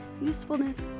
usefulness